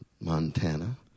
Montana